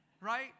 Right